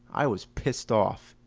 i was pissed off.